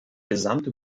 gesamte